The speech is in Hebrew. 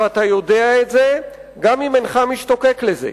ואתה יודע את זה, גם אם אינך משתוקק לזה.